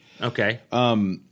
Okay